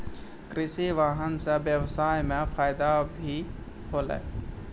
कृषि वाहन सें ब्यबसाय म फायदा भी होलै